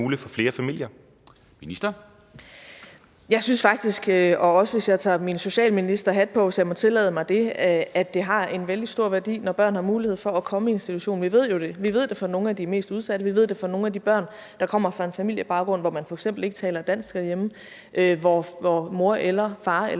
(Astrid Krag): Jeg synes faktisk, hvis jeg tager min socialministerhat på, hvis jeg må tillade mig det, at det har en vældig stor værdi, at børn har mulighed for at komme i institution. Vi ved fra nogle af de mest udsatte, og vi ved fra nogle af de børn, der kommer fra en familiebaggrund, hvor man f.eks. ikke taler dansk derhjemme, og hvor mor eller far eller